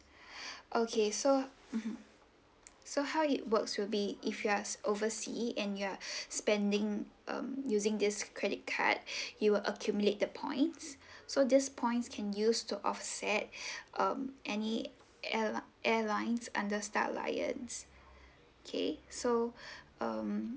okay so mmhmm so how it works will be if your are s~ oversea and you are spending um using this credit card it will accumulate the points so these points can use to offset um any airli~ airlines under star alliance okay so um